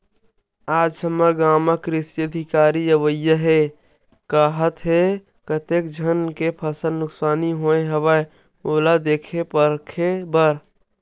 आज हमर गाँव म कृषि अधिकारी अवइया हे काहत हे, कतेक झन के फसल नुकसानी होय हवय ओला देखे परखे बर